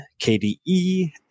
KDE